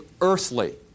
earthly